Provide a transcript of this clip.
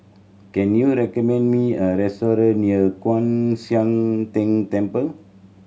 can you recommend me a restaurant near Kwan Siang Tng Temple